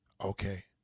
Okay